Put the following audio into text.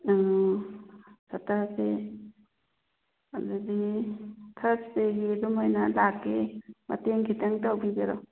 ꯎꯝ ꯁꯦꯇꯔꯗꯦ ꯑꯗꯨꯗꯤ ꯊꯔꯁꯗꯦꯒꯤ ꯑꯗꯨꯃꯥꯏꯅ ꯂꯥꯛꯀꯦ ꯃꯇꯦꯡ ꯈꯤꯇꯪ ꯇꯧꯕꯤꯒꯦꯔꯣ